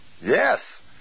Yes